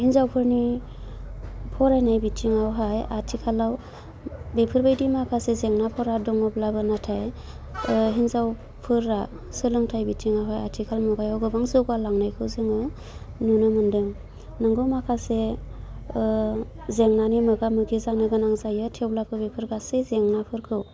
हिन्जावफोरनि फरायनाय बिथिङावहाय आथिखालाव बेफोरबायदि माखासे जेंनाफोरा दङब्लाबो नाथाय हिन्जावफोरा सोलोंथाइ बिथिङावहाय आथिखाल मुगायाव गोबां जौगालांनायखौ जोङो नुनो मोनो नंगौ माखासे जेंनानि मोगा मोगि जानो गोनां जायो थेवब्लाबो बेफोर गासै जेंनाफोरखौ